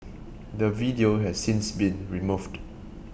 the video has since been removed